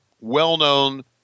well-known